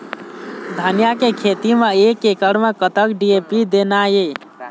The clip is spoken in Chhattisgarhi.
धनिया के खेती म एक एकड़ म कतक डी.ए.पी देना ये?